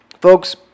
Folks